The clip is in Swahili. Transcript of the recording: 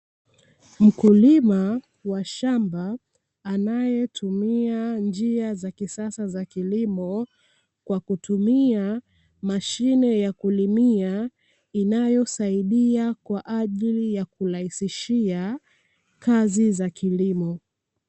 Mkulima wa shamba anayetumia njia za kisasa za kilimo kwa kutumia mashine ya kulimia inayosaidia kwa ajili ya kurahisishia kazi za kilimo